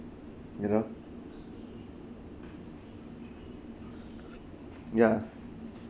you know ya